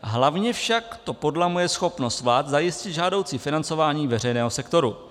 Hlavně však to podlamuje schopnost vlád zajistit žádoucí financování veřejného sektoru.